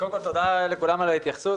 קודם כול, תודה לכולם על ההתייחסות.